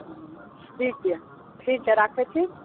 हूँ ठीक यऽ ठीक यऽ राखै छी